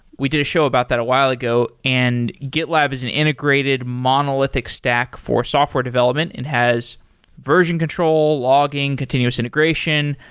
we did a show about that a while ago and gitlab is an integrated monolithic stack for software development and has version control, logging, continuous integration,